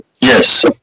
Yes